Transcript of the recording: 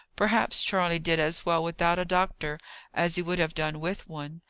perhaps charley did as well without a doctor as he would have done with one.